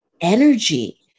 energy